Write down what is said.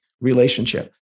relationship